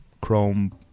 Chrome